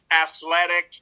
Athletic